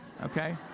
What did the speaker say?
okay